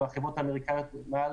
והחברות האמריקאיות מעל